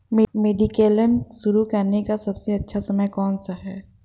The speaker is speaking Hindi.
मेडिक्लेम शुरू करने का सबसे अच्छा समय कौनसा है?